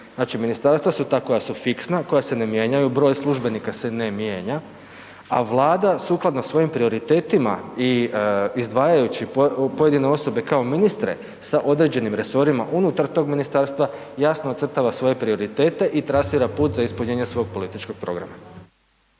Znači ministarstva su ta koja su fiksna, koja se ne mijenjaju, broj službenika se ne mijenja, a Vlada sukladno svojim prioritetima i izdvajajući pojedine osobe kao ministre sa određenim resorima unutar tog ministarstva, jasno ocrtava svoje prioritete i trasira put za ispunjenje svog političkog programa.